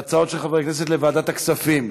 והצעות של חברי הכנסת לוועדת הכספים.